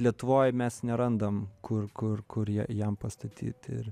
lietuvoj mes nerandam kur kur kur jam pastatyt ir